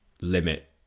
limit